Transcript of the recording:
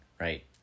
right